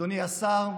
אדוני השר,